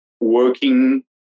working